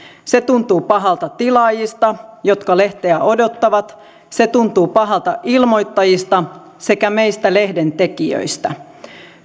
se tuntuu pahalta tilaajista jotka lehteä odottavat se tuntuu pahalta ilmoittajista sekä meistä lehden tekijöistä